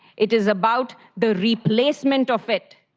it is about the replacement of it.